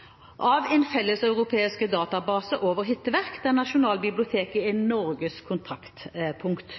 altså en felles europeisk klareringsordning. Ordningen bygger på at det skal gjennomføres et omfattende søk etter rettighetshavere og påfølgende gjensidig godkjenning av et verks hitteverkstatus i alle EØS-land. Opplysningene om søket skal framgå av en felleseuropeisk database over hitteverk, der Nasjonalbiblioteket er Norges kontaktpunkt.